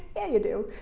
yeah, you do.